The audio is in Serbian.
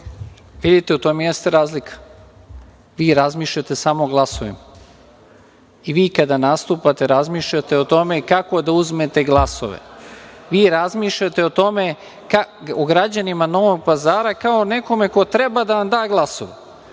Vidite, u tome i jeste razlika. Vi razmišljate samo o glasovima. I vi kada nastupate, razmišljate o tome kako da uzmete glasove. Vi razmišljate o građanima Novog Pazara kao o nekome ko treba da vam da glasove.